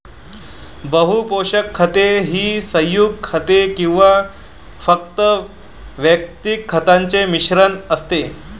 बहु पोषक खते ही संयुग खते किंवा फक्त वैयक्तिक खतांचे मिश्रण असते